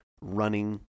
running